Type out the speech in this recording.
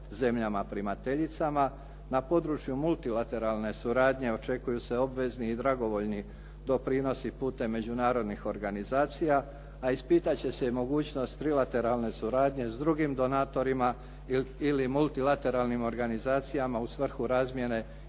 zemljama primateljicama. Na području multilateralne suradnje očekuju su obvezni i dragovoljni doprinosi putem međunarodnih organizacija a ispitat će se mogućnost trilateralne suradnje s drugim donatorima ili multilateralnim organizacijama u svrhu razmjene